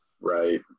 Right